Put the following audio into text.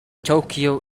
tokyo